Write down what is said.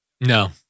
No